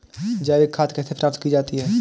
जैविक खाद कैसे प्राप्त की जाती है?